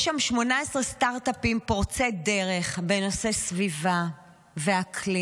יש שם 18 סטרטאפים פורצי דרך בנושא סביבה ואקלים,